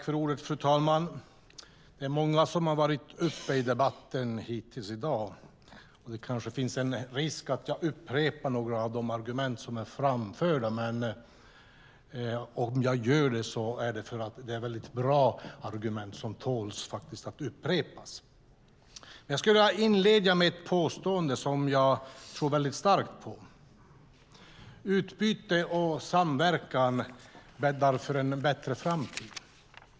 Fru talman! Det är många som har varit uppe i debatten hittills i dag. Det kanske finns en risk att jag upprepar några av de argument som är framförda, men om jag gör det beror det på att det är bra argument som tål att upprepas. Jag skulle vilja inleda med ett påstående som jag tror starkt på: Utbyte och samverkan bäddar för en bättre framtid.